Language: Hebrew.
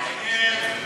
איימן